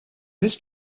this